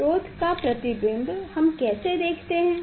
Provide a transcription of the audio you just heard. स्रोत का प्रतिबिम्ब हम कैसे देखते हैं